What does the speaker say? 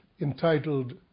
entitled